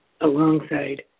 alongside